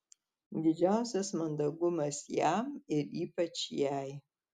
didžiausias mandagumas jam ir ypač jai